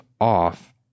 off